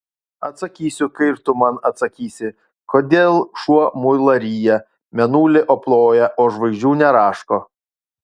atsakysiu kai ir tu man atsakysi kodėl šuo muilą ryja mėnulį aploja o žvaigždžių neraško